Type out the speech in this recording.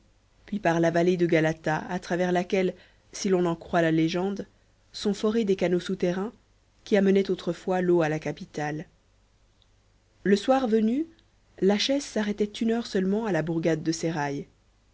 puis par la vallée de galata à travers laquelle si l'on en croit la légende sont forés des canaux souterrains qui amenaient autrefois l'eau à la capitale le soir venu la chaise s'arrêtait une heure seulement à la bourgade de seraï